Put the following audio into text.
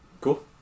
Cool